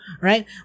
right